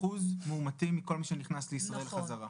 0.5% אחוז מאומתים מכל מי שנכנס לישראל חזרה.